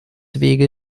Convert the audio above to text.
wege